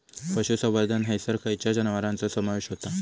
पशुसंवर्धन हैसर खैयच्या जनावरांचो समावेश व्हता?